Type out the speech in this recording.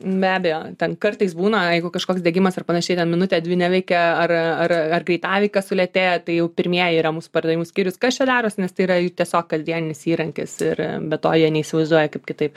be abejo ten kartais būna jeigu kažkoks diegimas ar panašiai ten minutę dvi neveikia ar ar ar greitaveika sulėtėja tai jau pirmieji yra mūsų pardavimų skyrius kas čia darosi nes tai yra jų tiesiog kasdieninis įrankis ir be to jie neįsivaizduoja kaip kitaip